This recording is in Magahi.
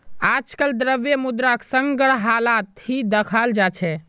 आजकल द्रव्य मुद्राक संग्रहालत ही दखाल जा छे